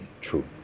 true